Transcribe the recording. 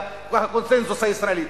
לקונסנזוס הישראלי.